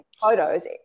photos